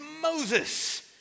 Moses